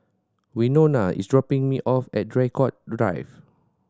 Wynona is dropping me off at Draycott Drive